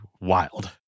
wild